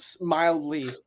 mildly